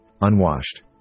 unwashed